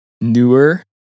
newer